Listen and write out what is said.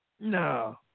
No